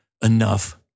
Enough